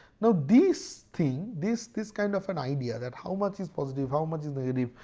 now these things this this kind of an idea that how much is positive how much is negative.